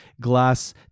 glass